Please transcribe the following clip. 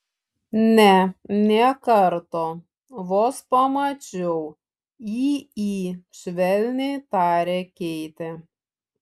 ne nė karto vos pamačiau į į švelniai tarė keitė